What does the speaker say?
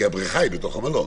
הבריכה היא בתוך המלון,